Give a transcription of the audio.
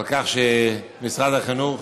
על כך שמשרד החינוך